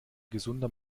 gesunder